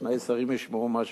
שני שרים ישמעו מה שמדברים.